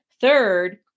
Third